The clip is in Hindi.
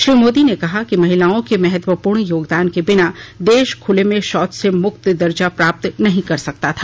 श्री मोदी ने कहा कि महिलाओं के महत्वपूर्ण योगदान के बिना देश खुले में शौच से मुक्त दर्जा प्राप्त नहीं कर सकता था